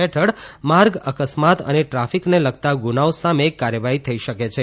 હેઠળ માર્ગઅકસ્માત અ ટ્રાફિકને લગતા ગુનાઓ સામે કાર્યવાહી થઇ શકે છે